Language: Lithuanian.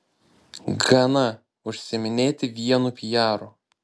gana užsiiminėti vienu pijaru